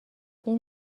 این